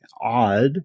odd